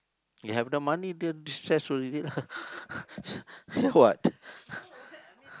you have the money then destress already lah ya what